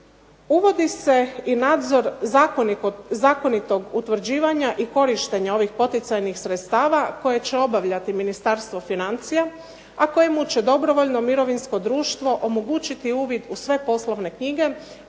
Uvodi se i nadzor zakonitog utvrđivanja i korištenja ovih poticajnih sredstava, koje će obavljati Ministarstvo financija, a kojemu će dobrovoljno mirovinsko društvo omogućiti uvid u sve poslovne knjige,